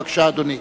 בבקשה, אדוני.